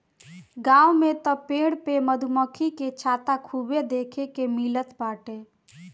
गांव में तअ पेड़ पे मधुमक्खी के छत्ता खूबे देखे के मिलत बाटे